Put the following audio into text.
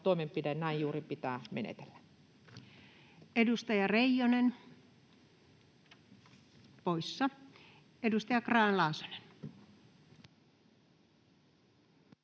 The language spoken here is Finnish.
toimenpide, näin juuri pitää menetellä. Edustaja Reijonen poissa. — Edustaja Grahn-Laasonen.